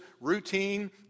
routine